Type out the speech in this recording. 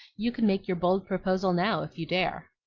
you can make your bold proposal now, if you dare.